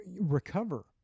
recover